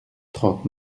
trente